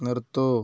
നിർത്തൂ